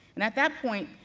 and at that point,